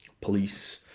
police